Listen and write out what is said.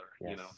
Yes